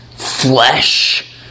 flesh